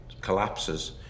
collapses